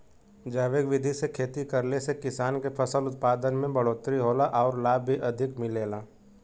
जैविक विधि से खेती करले से किसान के फसल उत्पादन में बढ़ोतरी होला आउर लाभ भी अधिक मिलेला